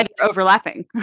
overlapping